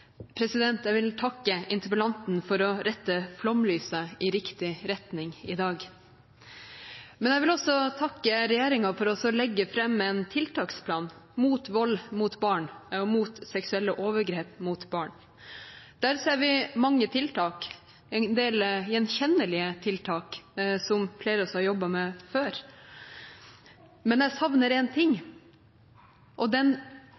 vil takke interpellanten for å rette flomlyset i riktig retning i dag. Men jeg vil også takke regjeringen for å legge fram en tiltaksplan mot vold og seksuelle overgrep mot barn. Der ser vi mange tiltak, en del gjenkjennelige tiltak, som flere av oss har jobbet med før. Men jeg savner én ting, og